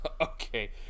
Okay